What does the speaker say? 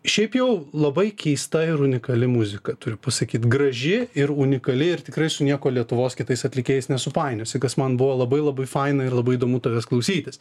šiaip jau labai keista ir unikali muzika turiu pasakyt graži ir unikali ir tikrai su niekuo lietuvos kitais atlikėjais nesupainiosi kas man buvo labai labai faina ir labai įdomu tavęs klausytis